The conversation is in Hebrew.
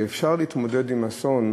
והיא שאפשר להתמודד עם אסון,